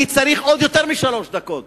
אני צריך עוד יותר משלוש דקות.